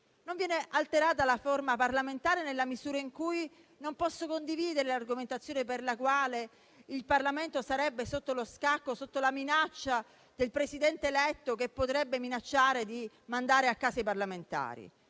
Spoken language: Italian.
Non viene alterata la forma parlamentare nella misura in cui non posso condividere l'argomentazione per la quale il Parlamento sarebbe sotto lo scacco e sotto la minaccia del Presidente eletto, che potrebbe minacciare di mandare a casa i parlamentari.